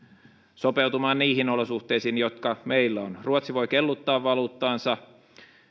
sopeutumaan niihin olosuhteisiin jotka meillä on ruotsi voi kelluttaa valuuttaansa